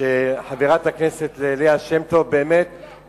לחברת הכנסת ליה שמטוב על עבודתה הנפלאה,